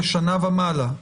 לשנה ומעלה,